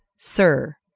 sir,